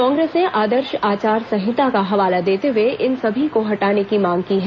कांग्रेस ने आदर्श आचार संहिता का हवाला देते हुए इन सभी को हटाने की मांग की है